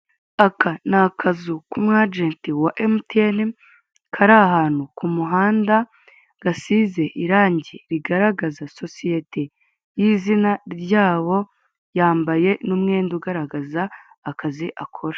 Aka ni akazu k'umu ajenti wa emutiyene kari ahantu ku muhanda gasize irange rigaragaza sosiyete y'izina ryabo yambaye n'umwenda ugararagaza akazi akora.